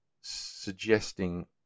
suggesting